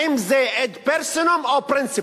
האם זה ad personam או principum?